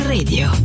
Radio